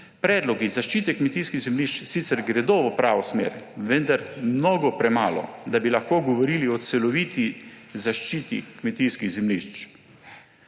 Predlogi zaščite kmetijskih zemljišč sicer gredo v pravo smer, vendar mnogo premalo, da bi lahko govorili o celoviti zaščiti kmetijskih zemljišč.